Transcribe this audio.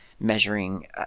measuring